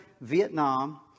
Vietnam